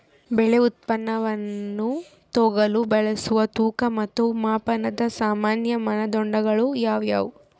ಬೆಳೆ ಉತ್ಪನ್ನವನ್ನು ತೂಗಲು ಬಳಸುವ ತೂಕ ಮತ್ತು ಮಾಪನದ ಸಾಮಾನ್ಯ ಮಾನದಂಡಗಳು ಯಾವುವು?